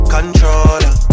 Controller